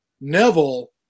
Neville